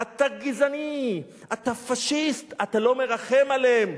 אתה גזעני, אתה פאשיסט, אתה לא מרחם עליהם.